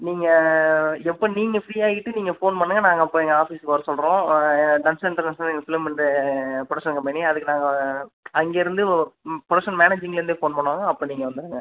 நீங்கள் எப்போ நீங்கள் ஃப்ரீயாகிட்டு நீங்கள் ஃபோன் பண்ணுங்கள் நாங்கள் அப்போ எங்கள் ஆஃபிஸ்க்கு வர சொல்கிறோம் எங்கள் ஃப்ளிம் அண்டு ப்ரொடக்க்ஷன் கம்பெனி அதுக்கு நாங்கள் அங்கேயிருந்து ஒரு பர்சன் மேனேஜிங்லேருந்து ஃபோன் பண்ணுவாங்கள் அப்போ நீங்கள் வந்துருங்கள்